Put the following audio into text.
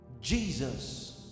Jesus